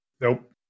Nope